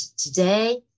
today